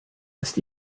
ist